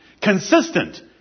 consistent